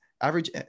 average